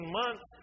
months